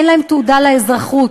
אין להם תעודה לאזרחות,